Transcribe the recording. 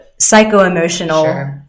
psycho-emotional